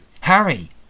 Harry